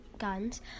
guns